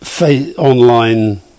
online